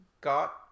got